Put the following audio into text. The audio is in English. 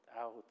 out